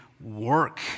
work